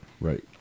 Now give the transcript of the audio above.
Right